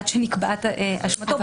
עד שנקבעת אשמתו.